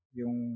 yung